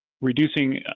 reducing